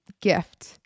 gift